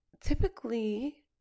typically